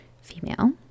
female